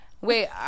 Wait